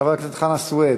חבר הכנסת חנא סוייד,